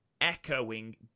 echoing